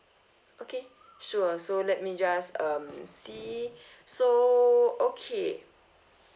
okay sure so let me just um see so okay